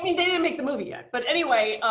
i mean they didn't make the movie yet, but anyway.